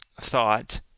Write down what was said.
thought